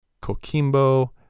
Coquimbo